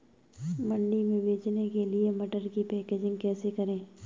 मंडी में बेचने के लिए मटर की पैकेजिंग कैसे करें?